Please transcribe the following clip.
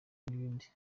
n’ibindi